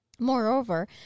Moreover